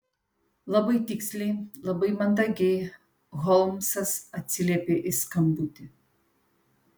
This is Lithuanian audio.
labai tiksliai labai mandagiai holmsas atsiliepė į skambutį